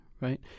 right